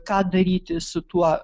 ką daryti su tuo